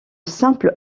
simple